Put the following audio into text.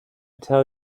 tell